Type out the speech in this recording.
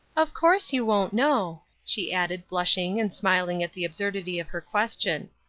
of course you won't know, she added, blushing and smiling at the absurdity of her question.